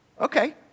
Okay